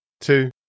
two